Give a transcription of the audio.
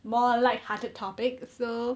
more lighthearted topic so